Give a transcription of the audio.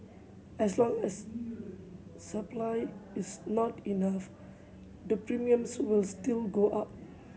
as long as supply is not enough the premiums will still go up